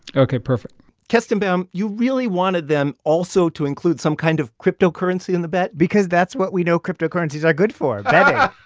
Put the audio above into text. ok, perfect kestenbaum, you really wanted them also to include some kind of cryptocurrency in the bet because that's what we know cryptocurrencies are good for but